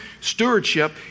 stewardship